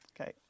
Okay